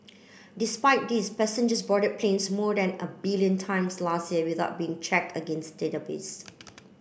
despite this passengers boarded planes more than a billion times last year without being checked against database